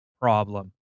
problem